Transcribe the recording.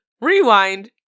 Rewind